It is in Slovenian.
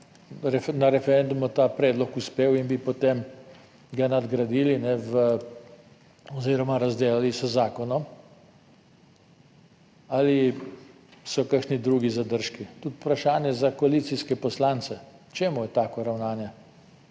na referendumu ta predlog uspel in bi potem ga nadgradili oziroma razdelali z zakonom, ali so kakšni drugi zadržki? Tudi vprašanje za koalicijske poslance, čemu je tako ravnanje?